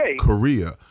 Korea